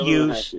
use